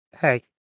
Hey